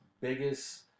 biggest